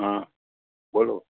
હા બોલો